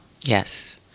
Yes